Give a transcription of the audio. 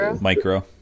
Micro